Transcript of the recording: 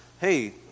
Hey